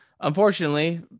unfortunately